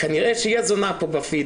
"כנראה שהיא הזונה כאן בפיד,